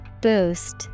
boost